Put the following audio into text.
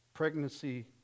Pregnancy